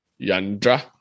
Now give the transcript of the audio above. Yandra